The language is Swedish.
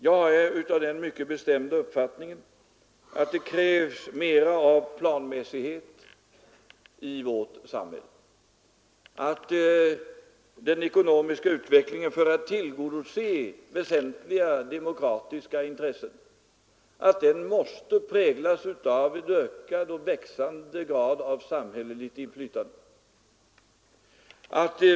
Jag är av den mycket bestämda uppfattningen att det krävs mera av planmässighet i vårt samhälle, att den ekonomiska utvecklingen för att tillgodose väsentliga demokratiska intresssen måste präglas av en ökad och växande grad av samhälleligt inflytande.